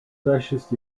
fascist